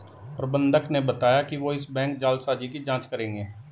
प्रबंधक ने बताया कि वो इस बैंक जालसाजी की जांच करेंगे